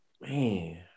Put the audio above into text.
Man